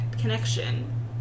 connection